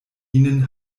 ihnen